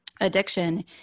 addiction